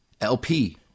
LP